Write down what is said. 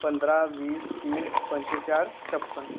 पंधरा वीस तीस पंचेचाळ छप्पन